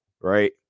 right